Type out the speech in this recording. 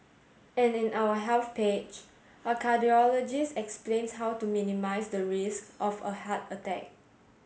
and in our Health page a cardiologist explains how to minimise the risk of a heart attack